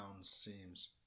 seems